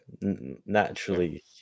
naturally